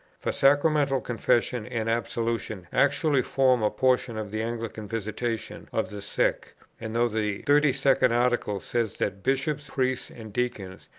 for sacramental confession and absolution actually form a portion of the anglican visitation of the sick and though the thirty second article says that bishops, priests, and deacons,